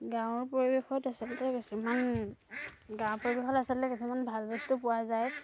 গাঁৱৰ পৰিৱেশত আচলতে কিছুমান গাঁৱৰ পৰিৱেশত আচলতে কিছুমান ভাল বস্তু পোৱা যায়